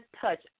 touch